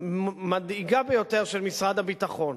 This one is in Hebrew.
מדאיגה ביותר של משרד הביטחון.